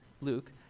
Luke